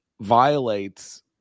violates